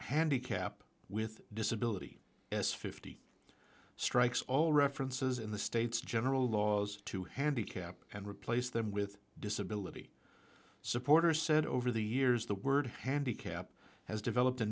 handicap with disability as fifty strikes all references in the state's general laws to handicap and replace them with disability supporters said over the years the word handicap has developed a